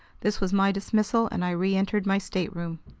this was my dismissal, and i reentered my stateroom.